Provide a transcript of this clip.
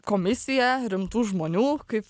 komisiją rimtų žmonių kaip